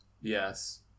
Yes